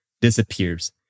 disappears